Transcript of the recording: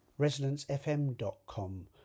ResonanceFM.com